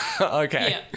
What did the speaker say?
Okay